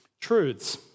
truths